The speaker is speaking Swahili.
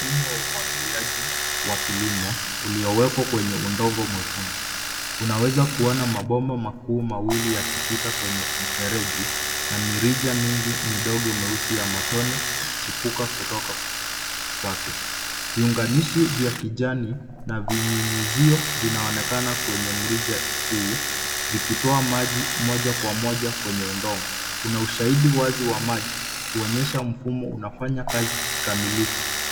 Mbinu wa umwagiliaji wa kilimo uliowekwa kwenye udongo mwekundu. Unaweza kuona mabomba makuu mawili yakipita kwenye mfereji na mirija mingi midogo meusi ya matone ikichipuka kutoka kwake. Viunganishi vya kijani na vinyunyizio vinaonekana kwenye mrija huu, vikitoa maji moja kwa moja kwenye udongo. Kuna ushahidi wazi wa maji, kuonyesha mfumo unafanya kazi kikamilifu.